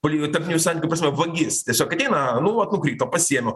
poli tarptautinių santykių prasme vagis tiesiog ateina nu vat nukrito pasiėmiau